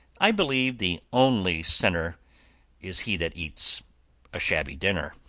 i believe the only sinner is he that eats a shabby dinner.